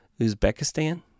Uzbekistan